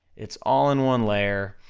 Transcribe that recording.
it's all in one layer,